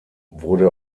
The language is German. wurde